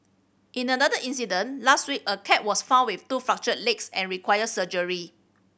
in another incident last week a cat was found with two fractured legs and required surgery